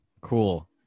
Cool